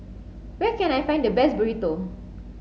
where can I find the best Burrito